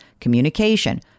communication